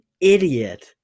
idiot